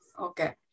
Okay